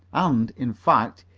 and, in fact,